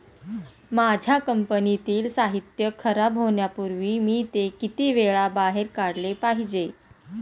माझ्या कंपनीतील साहित्य खराब होण्यापूर्वी मी ते किती वेळा बाहेर काढले पाहिजे?